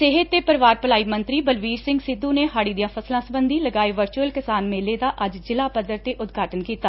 ਸਿਹਤ ਤੇ ਪਰਿਵਾਰ ਭਲਾਈ ਮੰਤਰੀ ਬਲਬੀਰ ਸਿੰਘ ਸਿੱਧੂ ਨੇ ਹਾੜੀ ਦੀਆਂ ਫਸਲਾਂ ਸਬੰਧੀ ਲਗਾਏ ਵਰਚੂਅਲ ਕਿਸਾਨ ਮੇਲੇ ਦਾ ਅੱਜ ਜ਼ਿਲ੍ਹਾ ਪੱਧਰ ਤੇ ਉਦਘਾਟਨ ਕੀਤਾ